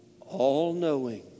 All-knowing